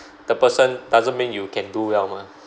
the person doesn't mean you can do well mah